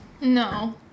No